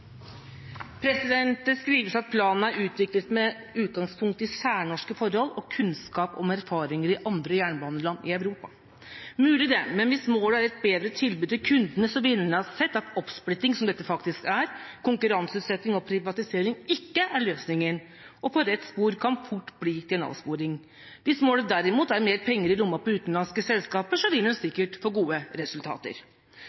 Det skrives at planen er utviklet med utgangspunkt i særnorske forhold og kunnskap om erfaringer i andre jernbaneland i Europa. Mulig det, men hvis målet er et bedre tilbud til kundene, ville en ha sett at oppsplitting, som dette faktisk er, konkurranseutsetting og privatisering ikke er løsningen, og at På rett spor fort kan bli til en avsporing. Hvis målet derimot er mer penger i lomma på utenlandske selskaper, vil en sikkert få gode resultater.